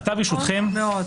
נכון מאוד.